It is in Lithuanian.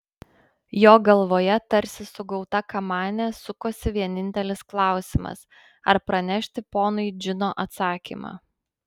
jo galvoje tarsi sugauta kamanė sukosi vienintelis klausimas ar pranešti ponui džino atsakymą